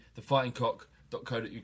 Thefightingcock.co.uk